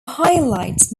highlights